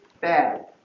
bad